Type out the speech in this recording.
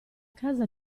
casa